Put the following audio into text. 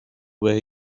were